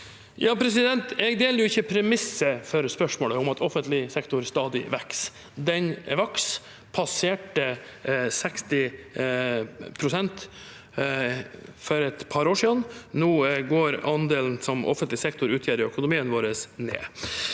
Jeg deler ikke premisset for spørsmålet om at offentlig sektor stadig vokser. Den vokste og passerte 60 pst. for et par år siden. Nå går andelen som offentlig sektor utgjør i økonomien vår, ned.